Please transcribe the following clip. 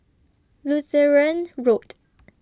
Lutheran Road